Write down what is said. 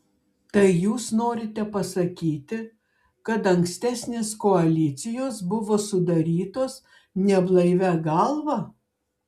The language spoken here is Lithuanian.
tai jūs norite pasakyti kad ankstesnės koalicijos buvo sudarytos neblaivia galva